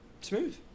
Smooth